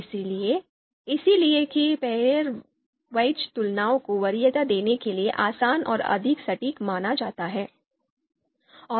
इसलिए इसीलिए कि पेयर वाइज तुलनाओं को वरीयता देने के लिए आसान और अधिक सटीक माना जाता है